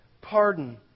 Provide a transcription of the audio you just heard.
pardon